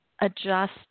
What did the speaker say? adjust